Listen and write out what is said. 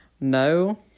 no